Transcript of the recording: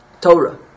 Torah